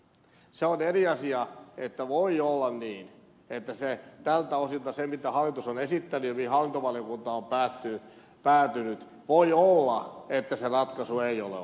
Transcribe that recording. se on eri asia että voi olla niin että tältä osilta se ratkaisu mitä hallitus on esittänyt ja mihin hallintovaliokunta on päätynyt ei ole oikea